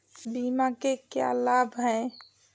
बीमा के क्या लाभ हैं?